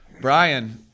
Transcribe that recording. brian